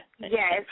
Yes